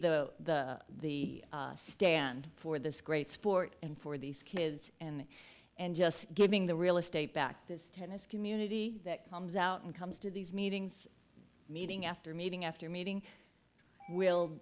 the the stand for this great sport and for these kids and and just giving the real estate back this tennis community that comes out and comes to these meetings meeting after meeting after meeting will